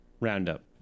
Roundup